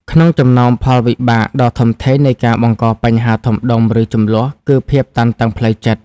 ក្នុងចំណោមផលវិបាកដ៏ធំធេងនៃការបង្កបញ្ហាធំដុំ ឬជម្លោះ គឺភាពតានតឹងផ្លូវចិត្ត។